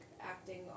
acting